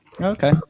Okay